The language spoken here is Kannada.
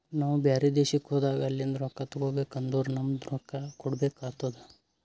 ನಾವು ಬ್ಯಾರೆ ದೇಶ್ಕ ಹೋದಾಗ ಅಲಿಂದ್ ರೊಕ್ಕಾ ತಗೋಬೇಕ್ ಅಂದುರ್ ನಮ್ದು ರೊಕ್ಕಾ ಕೊಡ್ಬೇಕು ಆತ್ತುದ್